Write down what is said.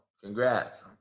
Congrats